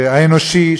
האנושי,